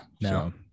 no